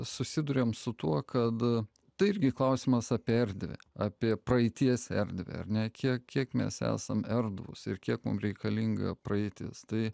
susiduriam su tuo kad tai irgi klausimas apie erdvę apie praeities erdvę ar ne tiek kiek mes esam erdvūs ir kiek mums reikalinga praeitis tai